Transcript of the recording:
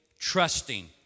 trusting